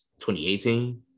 2018